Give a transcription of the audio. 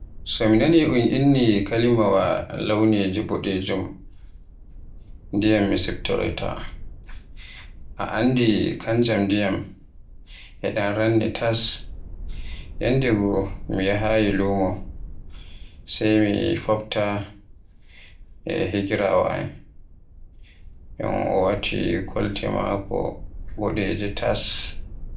So mi naani un inni kalimawa launiji boɗejum ndiyam mi siftoroyta. A anndi kanjam ndiyam e ɗan ranni tas. Yandego mi yahayi lumo sai mi fofta e higiraawo en o wati kolte boɗeje tas.